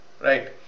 right